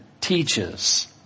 teaches